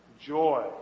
joy